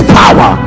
power